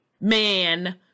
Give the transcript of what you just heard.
man